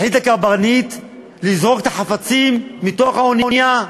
החליט הקברניט לזרוק את החפצים מתוך האונייה.